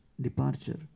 departure